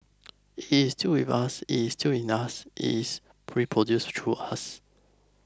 it's still with us it's still in us it is reproduced through us